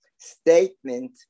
statement